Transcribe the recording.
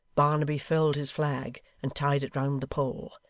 barnaby furled his flag, and tied it round the pole.